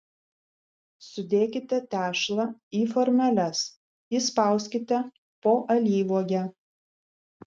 sudėkite tešlą į formeles įspauskite po alyvuogę